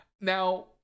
Now